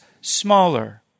smaller